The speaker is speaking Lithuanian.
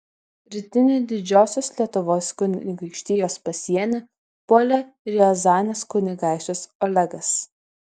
rytinį didžiosios lietuvos kunigaikštijos pasienį puolė riazanės kunigaikštis olegas